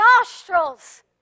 nostrils